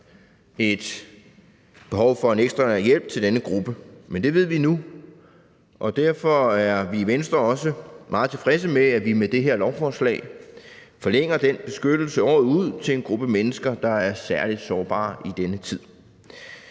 et behov for en ekstraordinær hjælp til denne gruppe, men det ved vi nu. Derfor er vi i Venstre også meget tilfredse med, at vi med det her lovforslag forlænger den beskyttelse året ud til en gruppe mennesker, der er særlig sårbare i denne tid;